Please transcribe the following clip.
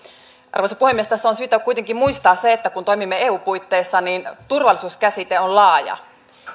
arvoisa puhemies tässä on syytä kuitenkin muistaa se että kun toimimme eun puitteissa niin turvallisuuskäsite on laaja